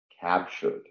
captured